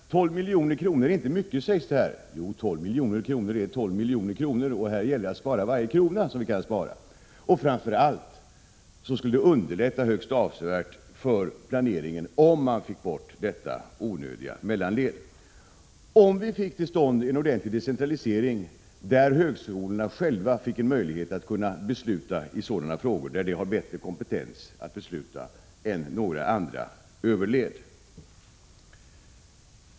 12 miljoner är inte mycket, sägs det. Jo, 12 miljoner är 12 miljoner, och här gäller det att spara varje krona som man kan spara. Framför allt skulle det underlätta högst avsevärt för planeringen, om vi fick bort detta onödiga mellanled och fick till stånd en ordentlig decentralisering, där högskolan själv fick möjlighet att besluta i sådana frågor där den har bättre kompetens att besluta än några andra överled.